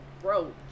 bro